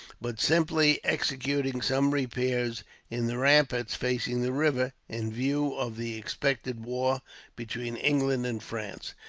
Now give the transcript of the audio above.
but simply executing some repairs in the ramparts facing the river, in view of the expected war between england and france.